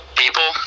people